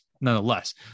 nonetheless